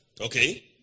Okay